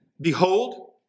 Behold